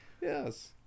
Yes